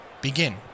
begin